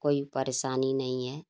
कोई परेशानी नहीं है